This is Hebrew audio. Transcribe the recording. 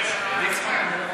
הרווחה והבריאות נתקבלה.